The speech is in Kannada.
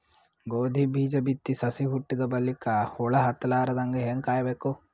ಗೋಧಿ ಬೀಜ ಬಿತ್ತಿ ಸಸಿ ಹುಟ್ಟಿದ ಬಲಿಕ ಹುಳ ಹತ್ತಲಾರದಂಗ ಹೇಂಗ ಕಾಯಬೇಕು?